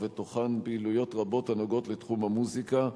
ובתוכן פעילויות רבות הנוגעות לתחום המוזיקה.